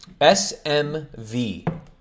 SMV